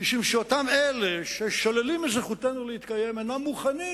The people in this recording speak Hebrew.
משום שאותם אלה ששוללים את זכותנו להתקיים אינם מוכנים.